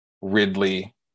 Ridley